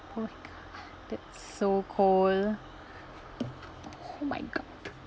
oh my god that's so cold oh my god